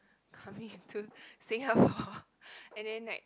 coming to Singapore and then like